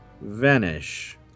vanish